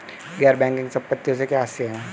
गैर बैंकिंग संपत्तियों से क्या आशय है?